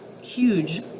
huge